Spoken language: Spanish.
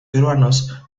peruanos